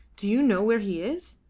do you know where he is?